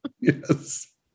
Yes